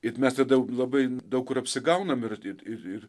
ir mes tada labai daug kur apsigaunam ir ir ir